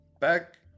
back